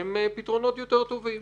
הם פתרונות יותר טובים.